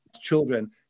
children